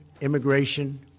immigration